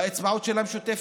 באצבעות של המשותפת.